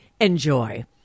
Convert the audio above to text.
Enjoy